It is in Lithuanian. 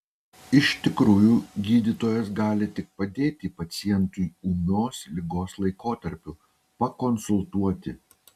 iš tikrųjų gydytojas gali tik padėti pacientui ūmios ligos laikotarpiu pakonsultuoti